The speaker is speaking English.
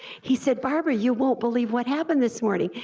he said barbara, you won't believe what happened this morning,